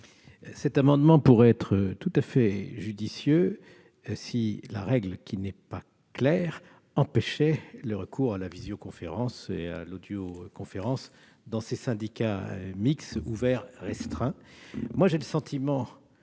Cet amendement pourrait être tout à fait judicieux, si la règle qui n'est pas claire empêchait le recours à la visioconférence ou à l'audioconférence dans ces syndicats mixtes. Il me semble que l'ambiguïté